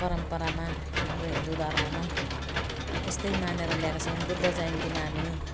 परम्परामा हाम्रो हिन्दू धर्ममा यस्तै मानेर ल्याएको छौँ बुद्ध जयन्तीमा हामी